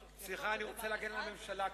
סליחה, אני רוצה להגן על הממשלה.